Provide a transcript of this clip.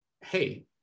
hey